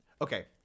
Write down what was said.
Okay